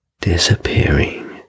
disappearing